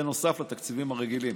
זה, נוסף לתקציבים הרגילים.